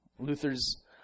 Luther's